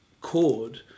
chord